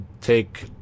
take